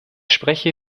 spreche